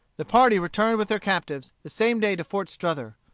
the party returned with their captives the same day to fort strother.